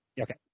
Okay